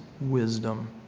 wisdom